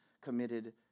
committed